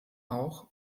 auch